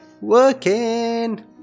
working